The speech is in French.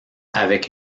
avec